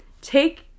take